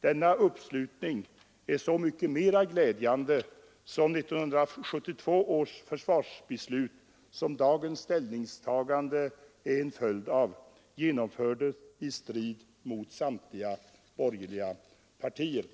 Denna uppslutning är så mycket mera glädjande som 1972 års försvarsbeslut — som dagens ställningstagande är en följd av — genomförts i strid mot samtliga borgerliga partier.